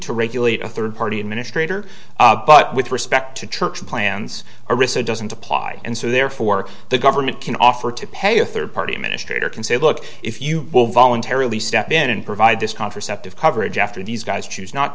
to regulate a third party administrator but with respect to church plans or is it doesn't apply and so therefore the government can offer to pay a third party administrator can say look if you will voluntarily step in and provide this contraceptive coverage after these guys choose not